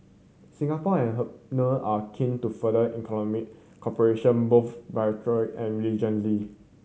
Singapore and Hungary are keen to further economic cooperation both bilateral and regionally